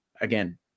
Again